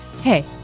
Hey